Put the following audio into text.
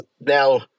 now